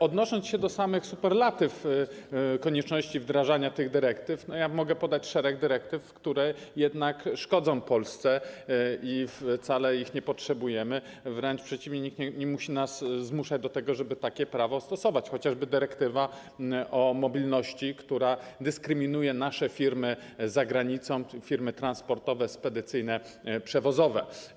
Odnosząc się do samych superlatyw, konieczności wdrażania tych dyrektyw, mogę podać szereg dyrektyw, które jednak szkodzą Polsce i wcale ich nie potrzebujemy, wręcz przeciwnie, nikt nie musi nas zmuszać do tego, żeby takie prawo stosować, chociażby dyrektywa o mobilności, która dyskryminuje nasze firmy za granicą, firmy transportowe, spedycyjne, przewozowe.